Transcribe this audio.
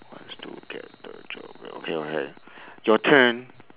do get the job well okay okay your turn